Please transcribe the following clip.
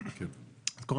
אני אחיו